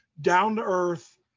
down-to-earth